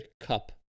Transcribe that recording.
Cup